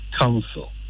Council